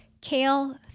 Kale